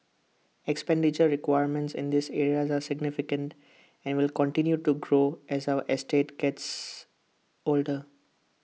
expenditure requirements in these areas are significant and will continue to grow as our estates gets older